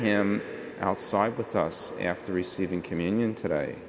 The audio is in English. him outside with us after receiving communion today